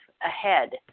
ahead